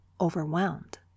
Overwhelmed